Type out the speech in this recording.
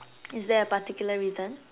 is there a particular reason